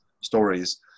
stories